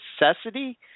necessity